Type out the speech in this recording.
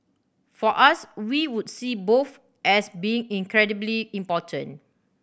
for us we would see both as being incredibly important